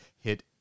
hit